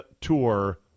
tour